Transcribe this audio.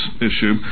issue